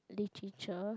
literature